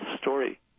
story